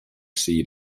seed